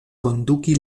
konduki